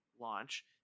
launch